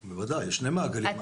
בוודאי, יש שני מעגלים.